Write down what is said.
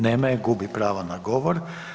Nema je, gubi pravo na govor.